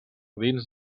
dins